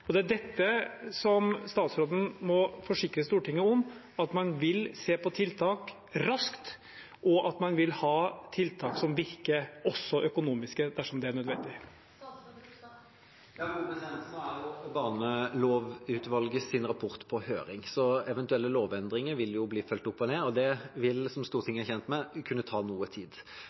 Det er dette statsråden må forsikre Stortinget om, at man vil se på tiltak raskt, og at man vil ha tiltak som virker, også økonomiske dersom det er nødvendig. Nå er barnelovutvalgets rapport på høring, så eventuelle lovendringer vil bli fulgt opp etter det. Det vil, som Stortinget er kjent med, kunne ta noe tid.